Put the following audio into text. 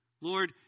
Lord